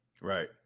Right